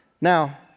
Now